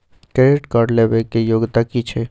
Credit card लेबै के योग्यता कि छै?